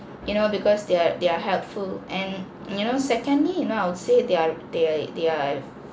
you know because they are they are helpful and you know secondly you know I would say their their their